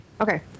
Okay